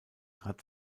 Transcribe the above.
hat